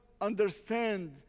understand